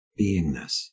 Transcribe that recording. beingness